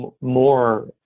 more